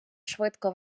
швидко